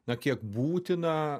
na kiek būtina